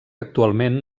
actualment